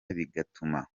bigatuma